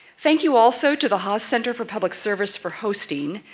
thank you, also, to the haas center for public service for hosting,